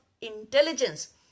intelligence